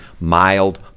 mild